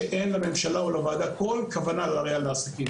שאין לממשלה ולוועדה כל כוונה להרעה לעסקים,